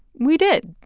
we did.